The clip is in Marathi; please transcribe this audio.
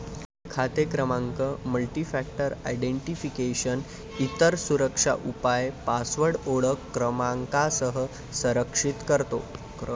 खाते क्रमांक मल्टीफॅक्टर आयडेंटिफिकेशन, इतर सुरक्षा उपाय पासवर्ड ओळख क्रमांकासह संरक्षित करतो